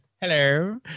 Hello